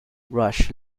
rush